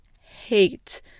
hate